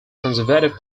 conservative